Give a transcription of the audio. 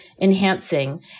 enhancing